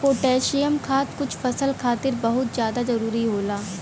potassium खाद कुछ फसल खातिर बहुत जादा जरूरी होला